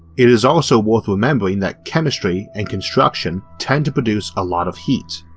it is also worth remembering that chemistry and construction tend to produce a lot of heat,